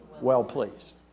Well-pleased